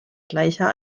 gleicher